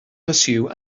pursue